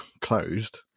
closed